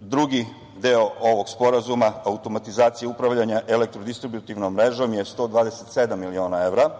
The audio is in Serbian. drugi deo ovog sporazuma – Automatizacija upravljanja elektrodistributivnom mrežom je 127 miliona evra.